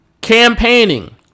Campaigning